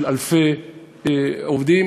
אלפי עובדים,